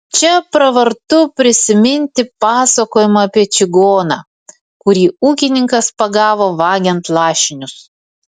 čia pravartu prisiminti pasakojimą apie čigoną kurį ūkininkas pagavo vagiant lašinius